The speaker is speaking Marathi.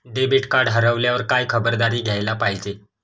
डेबिट कार्ड हरवल्यावर काय खबरदारी घ्यायला पाहिजे?